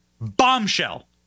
bombshell